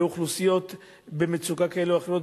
אוכלוסיות במצוקה כזאת או אחרת.